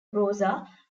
rosa